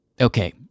Okay